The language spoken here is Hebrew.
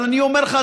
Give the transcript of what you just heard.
אבל אני אומר לך,